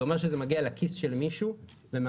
זה אומר שזה מגיע לכיס של מישהו ומעשיר